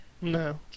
No